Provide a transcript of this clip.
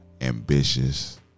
ambitious